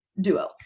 duo